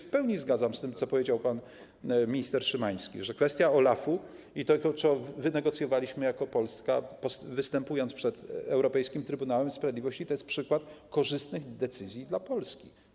W pełni zgadzam się z tym, co powiedział pan minister Szymański, że kwestia OLAF-u i tego, co wynegocjowaliśmy jako Polska, występując przed Europejskim Trybunałem Sprawiedliwości, to jest przykład korzystnych decyzji dla Polski.